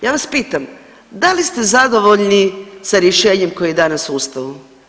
Ja vas pitam da li ste zadovoljni sa rješenjem koje je danas u Ustavu?